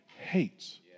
hates